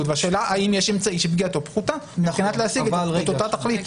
והשאלה היא האם יש אמצעי שפגיעתו פחותה מבחינת השגת אותה תכלית.